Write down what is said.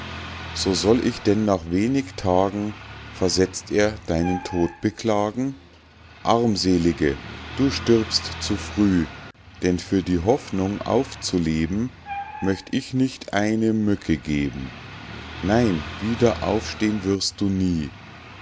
so soll ich denn nach wenig tagen versetzt er deinen tod beklagen armselige du stirbst zu früh denn für die hoffnung aufzuleben möcht ich nicht eine mücke geben nein wieder aufstehn wirst du nie